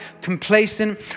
complacent